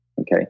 okay